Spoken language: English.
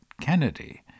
Kennedy